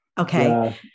Okay